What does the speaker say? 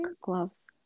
gloves